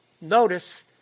Notice